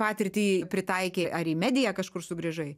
patirtį pritaikei ar į mediją kažkur sugrįžai